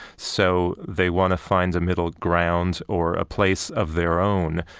so they want to find a middle ground or a place of their own.